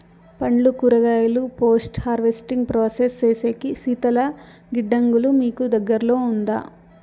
పండ్లు కూరగాయలు post harvesting process సేసేకి శీతల గిడ్డంగులు మీకు దగ్గర్లో ఉందా?